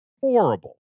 Horrible